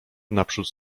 naprzód